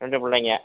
இரண்டு பிள்ளைகள்